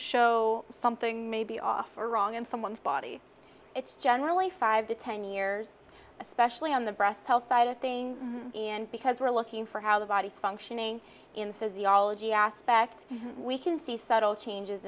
show something maybe off or wrong in someone's body it's generally five to ten years especially on the breast health side of things and because we're looking for how the body functioning in physiology aspects we can see subtle changes